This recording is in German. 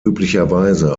üblicherweise